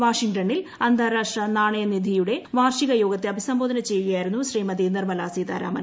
വാഷിംഗ്ടണിൽ അന്താരാഷ്ട്ര നാണയനിധിയുടെ വാർഷിക യോഗത്തെ അഭിസംബോധന ചെയ്യുകയായിരുന്നു ശ്രീമതി നിർമ്മലാ സീതാരാമൻ